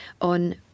on